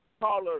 caller